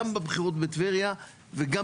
גם בבחירות בטבריה וגם